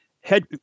head